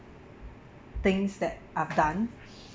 things that are done